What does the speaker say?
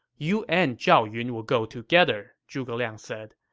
you and zhao yun will go together, zhuge liang said.